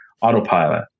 Autopilot